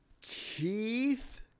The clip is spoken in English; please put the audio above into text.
Keith